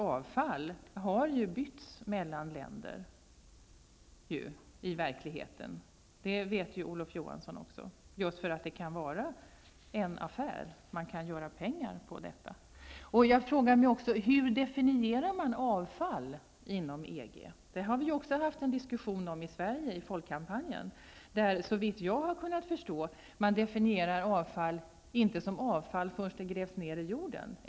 Avfall har ju bytts mellan länder, i verkligheten, just för att det kan utgöra en god affär. Det vet Olof Johansson också. Hur definieras avfall inom EG? Det har vi haft en diskussion om i Sverige inom folkkampanjen. Såvitt jag kan förstå definieras avfall som avfall först när det grävs ned i jorden.